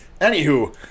Anywho